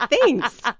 Thanks